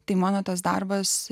tai mano tas darbas